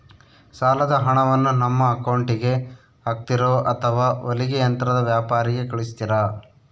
ಸಾಲದ ಹಣವನ್ನು ನಮ್ಮ ಅಕೌಂಟಿಗೆ ಹಾಕ್ತಿರೋ ಅಥವಾ ಹೊಲಿಗೆ ಯಂತ್ರದ ವ್ಯಾಪಾರಿಗೆ ಕಳಿಸ್ತಿರಾ?